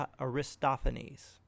Aristophanes